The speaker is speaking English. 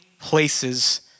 places